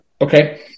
Okay